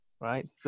right